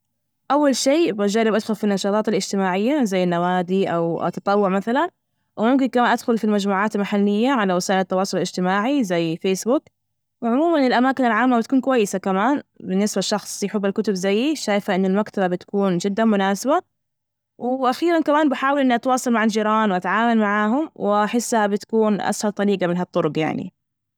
أول شي بجرب أدخل في النشاطات الاجتماعية زي النوادي أو التطوع مثلا، وممكن كمان أدخل في المجموعات المحلية على وسائل التواصل الإجتماعي زي فيس بوك، وعموما الأماكن العامة بتكون كويسة، كمان بالنسبة لشخص يحب الكتب زيي شايفة إنه المكتبة بتكون جد ا مناسبة، وأخيرا كمان بحاول إني أتواصل مع الجيران وأتعامل معاهم وأحسها بتكون أسهل طريقة من هالطرق يعني.